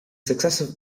successive